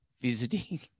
visiting